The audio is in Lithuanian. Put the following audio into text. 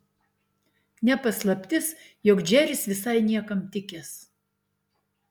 ne paslaptis jog džeris visai niekam tikęs